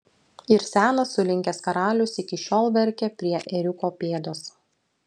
ir senas sulinkęs karalius iki šiol verkia prie ėriuko pėdos